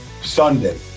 Sunday